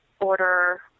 order